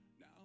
now